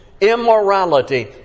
Immorality